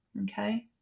okay